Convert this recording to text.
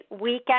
weekend